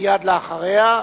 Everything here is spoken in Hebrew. מייד אחריה.